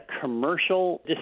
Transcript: commercial